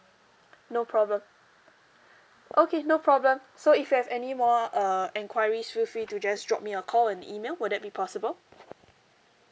no problem okay no problem so if you have any more uh enquiries feel free to just drop me a call or an email would that be possible